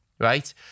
right